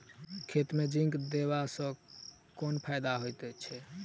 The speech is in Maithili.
खेत मे जिंक देबा सँ केँ फायदा होइ छैय?